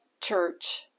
church